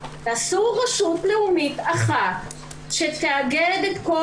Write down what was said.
תעשו רשות לאומית אחת שתאגד את כל